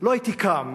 לא הייתי קם